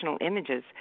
images